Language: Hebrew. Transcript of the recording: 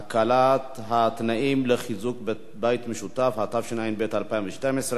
(הקלת התנאים לחיזוק בית משותף), התשע"ב 2012,